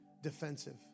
defensive